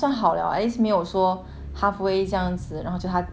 halfway 这样子然后叫他走掉这样子也没有给 pay